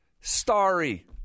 Starry